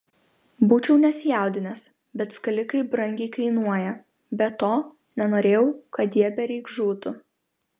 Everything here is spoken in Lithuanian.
būčiau nesijaudinęs bet skalikai brangiai kainuoja be to nenorėjau kad jie bereik žūtų